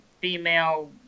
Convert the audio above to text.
female